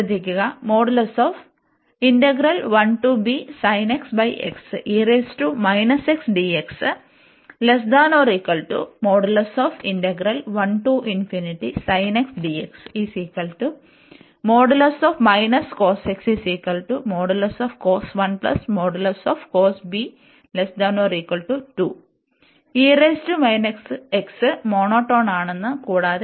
ശ്രദ്ധിക്കുക മോനോടോണാണ് കൂടാതെ